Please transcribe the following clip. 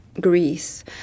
Greece